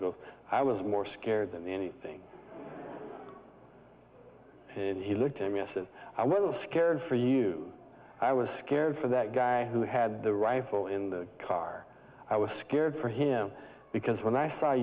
go i was more scared than anything and he looked to me as if i wasn't scared for you i was scared for that guy who had the rifle in the car i was scared for him because when i